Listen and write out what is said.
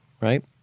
right